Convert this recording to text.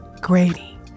Grady